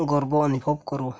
ଗର୍ବ ଅନୁଭବ କରୁ